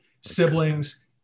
siblings